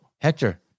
Hector